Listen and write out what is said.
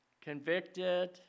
convicted